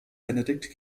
benedikt